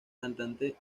cantante